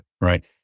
right